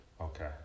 Okay